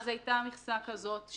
אז הייתה מכסת כזאת,